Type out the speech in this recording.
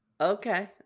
Okay